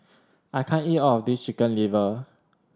I can't eat all of this Chicken Liver